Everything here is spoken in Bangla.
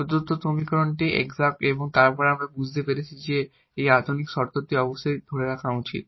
প্রদত্ত সমীকরণটি এক্সাট এবং তারপরে আমরা বুঝতে পেরেছি যে এই আধুনিক শর্তটি অবশ্যই ধরে রাখা উচিত